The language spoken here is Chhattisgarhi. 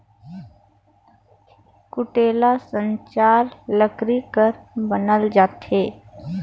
कुटेला ल साचर लकरी कर बनाल जाथे